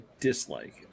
dislike